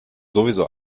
sowieso